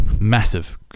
massive